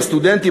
הסטודנטים?